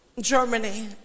Germany